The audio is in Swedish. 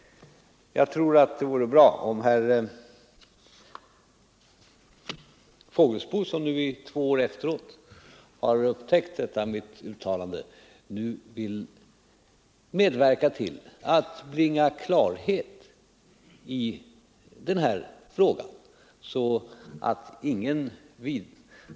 Jag tror det vore bra om herr Fågelsbo, som två efteråt har upptäckt detta mitt uttalande, nu vill medverka till att bringa klarhet i denna fråga.